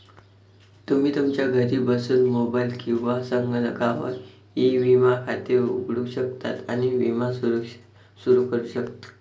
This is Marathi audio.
तुम्ही तुमच्या घरी बसून मोबाईल किंवा संगणकावर ई विमा खाते उघडू शकता आणि विमा सुरू करू शकता